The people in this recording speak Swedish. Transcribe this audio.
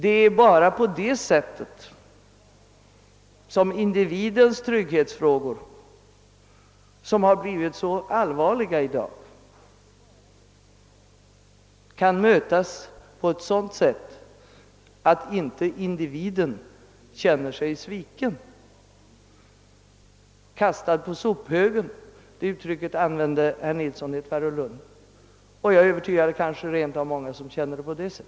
Endast på det sättet kan individens trygghetsfrågor, som blivit så allvarliga, lösas på ett sådant sätt att individen inte känner sig sviken, inte känner sig kastad på sophögen, som herr Nilsson i Tvärålund uttryckte saken. Jag är övertygad om att det är många som känner det så.